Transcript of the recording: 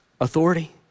authority